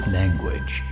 language